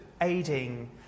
aiding